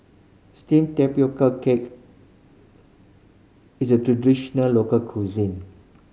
steamed tapioca cake is a traditional local cuisine